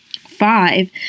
five